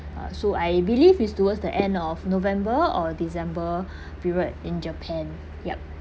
uh so I believe is towards the end of november or december period in japan yup